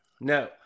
No